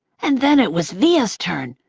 and then it was via's turn,